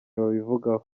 babivugaho